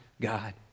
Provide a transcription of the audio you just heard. God